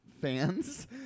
fans